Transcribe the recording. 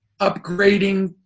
upgrading